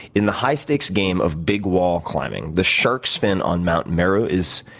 in the high stakes game of big wall climbing, the shark's fin on mount meru is,